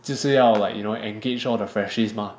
就是要 like you know engage all the freshies mah